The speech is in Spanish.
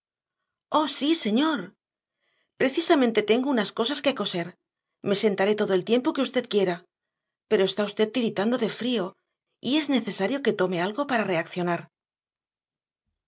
oh sí señor precisamente tengo unas cosas que coser me sentaré todo el tiempo que usted quiera pero está usted tiritando de frío y es necesario que tome algo para reaccionar